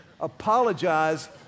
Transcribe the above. Apologize